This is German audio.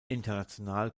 international